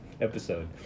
episode